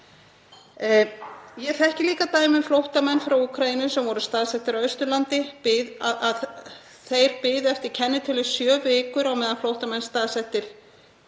Ég þekki líka dæmi um flóttamenn frá Úkraínu sem voru staðsettir á Austurlandi. Þeir biðu eftir kennitölu í sjö vikur á meðan flóttamenn staðsettir